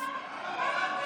מספיק.